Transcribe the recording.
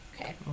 Okay